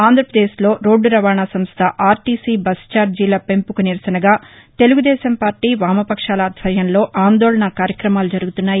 ఆంధ్రాపదేశ్ రోడ్లు రవాణా సంస్థ ఆర్టిసి బస్సు ఛార్డీల పెంపుకు నిరసనగా తెలుగు దేశం పార్టీ వామపక్షాల ఆధ్వర్యంలో ఆందోళనా కార్యక్రమాలు జరుగుతున్నాయి